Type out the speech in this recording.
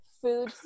food